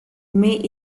may